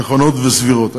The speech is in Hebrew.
נכונות וסבירות.